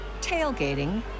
tailgating